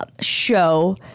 show